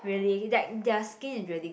really like their skin is really